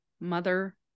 Mother